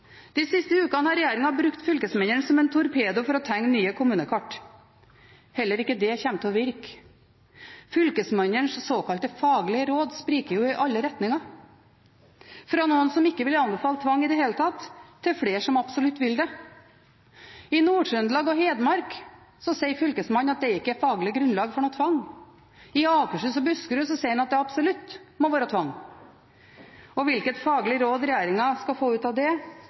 De siste ukene har regjeringen brukt fylkesmennene som torpedo for å tegne nye kommunekart. Heller ikke det kommer til å virke. Fylkesmennenes såkalte faglige råd spriker jo i alle retninger – fra noen som ikke vil anbefale tvang i det hele tatt, til flere som absolutt vil det. I Nord-Trøndelag og Hedmark sier fylkesmennene at det ikke er faglig grunnlag for tvang. I Akershus og Buskerud sier de at det absolutt må være tvang. Hvilket faglig råd regjeringen skal få ut av det,